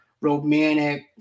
romantic